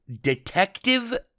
Detective